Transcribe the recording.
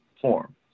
form